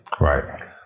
Right